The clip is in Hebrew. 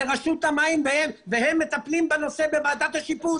מי שאחראי על זה זו רשות המים והם מטפלים בנושא בוועדת השיפוט,